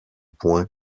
points